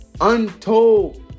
Untold